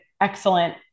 excellent